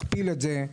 תכפיל את זה,